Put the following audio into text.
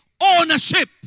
ownership